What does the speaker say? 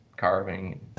carving